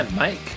Mike